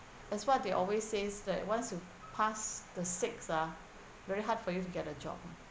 that's what they always says that once you past the six ah very hard for you to get a job